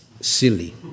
silly